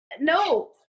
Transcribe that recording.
No